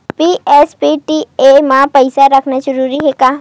BSBDA मा पईसा रखना जरूरी हे का?